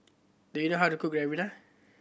do you know how to cook Ribena